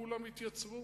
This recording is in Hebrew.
כולם התייצבו.